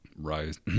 rise